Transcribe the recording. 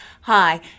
Hi